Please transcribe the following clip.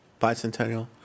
bicentennial